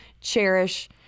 cherish